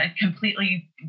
completely